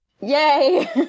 Yay